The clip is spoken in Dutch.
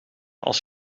als